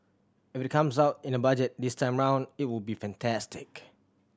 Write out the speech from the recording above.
if it comes out in the Budget this time around it would be fantastic